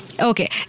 Okay